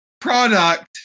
product